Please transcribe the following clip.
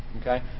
Okay